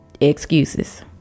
excuses